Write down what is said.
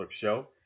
show